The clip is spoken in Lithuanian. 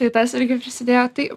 tai tas irgi prisidėjo tai